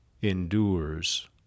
endures